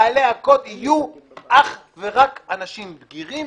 בעלי הקוד יהיו אך ורק אנשים בגירים